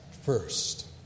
first